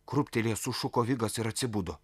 krūptelėjęs sušuko vigas ir atsibudo